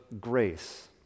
grace